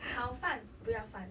炒饭不要饭